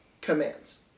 commands